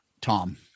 Tom